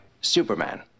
Superman